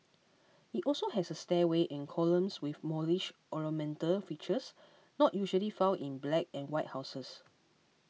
it also has a stairway and columns with Moorish ornamental features not usually found in black and white houses